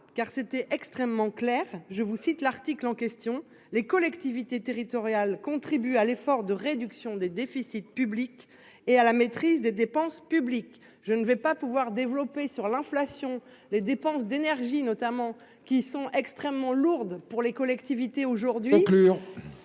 car c'était extrêmement clair. Je vous cite l'article en question les collectivités territoriales, contribue à l'effort de réduction des déficits publics et à la maîtrise des dépenses publiques. Je ne vais pas pouvoir développer sur l'inflation. Les dépenses d'énergies, notamment qui sont extrêmement lourde pour les collectivités aujourd'hui.